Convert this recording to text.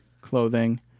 clothing